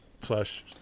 plus